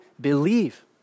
believe